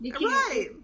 Right